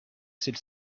celle